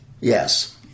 Yes